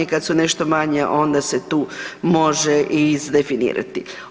Kada su nešto manje onda se tu može izdefinirati.